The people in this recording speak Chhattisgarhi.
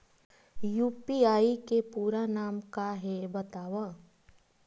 यू.पी.आई के पूरा नाम का हे बतावव?